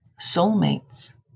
Soulmates